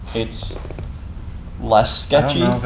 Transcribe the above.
it's less sketchy.